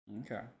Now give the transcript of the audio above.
Okay